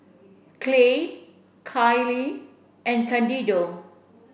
Clay Kylene and Candido